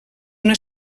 una